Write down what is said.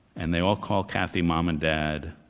and they all call cathy mom and dad.